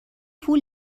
پول